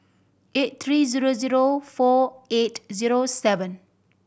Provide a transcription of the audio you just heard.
eight three zero zero four eight zero seven